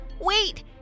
Wait